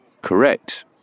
Correct